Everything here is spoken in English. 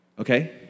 Okay